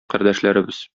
кардәшләребез